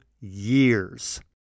years